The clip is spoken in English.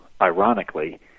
ironically